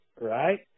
right